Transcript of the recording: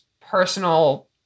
personal